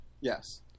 Yes